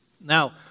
Now